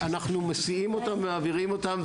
אנחנו מסיעים אותם ומעבירים אותם.